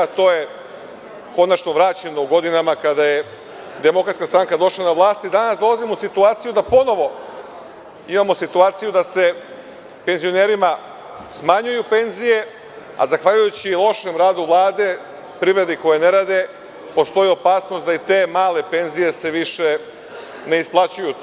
To je konačno vraćeno u godinama kada je DS došla na vlast i danas dolazimo u situaciju da ponovo imamo situaciju da se penzionerima smanjuju penzija, a zahvaljujući lošem radu Vlade, privredi koja ne radi, postoji opasnost da i te male penzije se više ne isplaćuju.